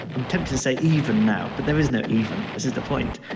i'm tempted to say even now, but there is no even, this is the point.